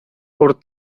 por